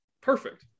Perfect